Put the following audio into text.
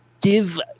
give